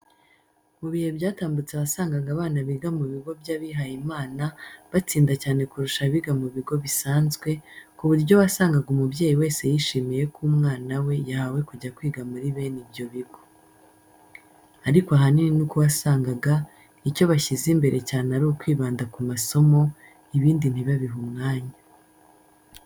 Mu bihe byatambutse wasangaga abana biga mu bigo byabihaye Imana batsinda cyane kurusha abiga mu bigo bisanzwe, ku buryo wasangaga umubyeyi wese yishimiye ko umwana we yahawe kujya kwiga muri bene ibyo bigo. Ariko ahanini nuko wasangaga icyo bashyize imbere cyane ari ukwibanda ku masomo ibindi ntibabihe umwanya.